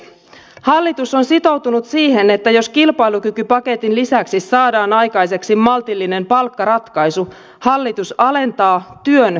hallitus on sitoutunut siihen että jos kilpailukykypaketin lisäksi saadaan aikaiseksi maltillinen palkkaratkaisu hallitus alentaa työn verotusta